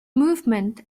movement